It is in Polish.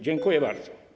Dziękuję bardzo.